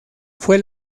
fue